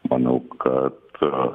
manau kad